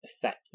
affect